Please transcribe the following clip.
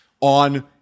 on